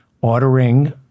ordering